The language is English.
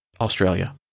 Australia